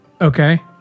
Okay